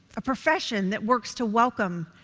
a profession that works to welcome,